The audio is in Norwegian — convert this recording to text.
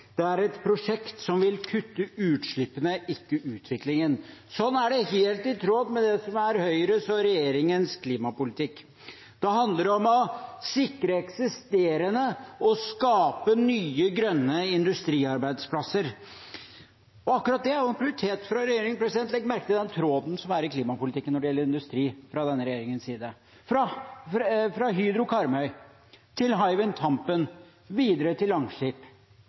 Det er et prosjekt som vil kutte utslippene, ikke utviklingen. Sånn er det helt i tråd med det som er Høyres og regjeringens klimapolitikk. Det handler om å sikre eksisterende og skape nye, grønne industriarbeidsplasser. Akkurat det er en prioritet for regjeringen. Legg merke til den tråden som er i klimapolitikken når det gjelder industri, fra denne regjeringens side – fra Hydro Karmøy til Hywind Tampen videre til Langskip.